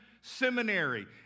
Seminary